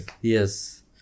Yes